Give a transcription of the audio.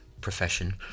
profession